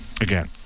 again